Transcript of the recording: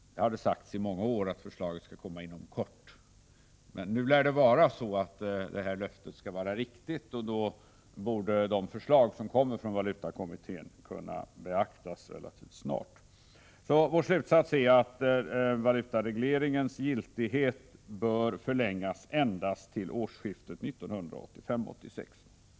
Det har sagts i många år att förslaget är att vänta, men nu lär detta löfte vara riktigt, och då borde de förslag som kommer från valutakommittén kunna behandlas relativt snart. Vår slutsats är att valutaregleringen bör förlängas endast till årsskiftet 1985-1986.